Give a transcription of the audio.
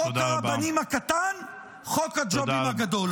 חוק הרבנים הקטן, חוק הג'ובים הגדול.